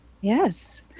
Yes